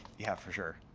yeah, for sure.